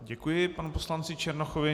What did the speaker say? Děkuji panu poslanci Černochovi.